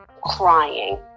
crying